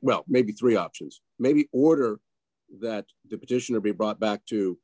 well maybe three options maybe order that the petition to be brought back to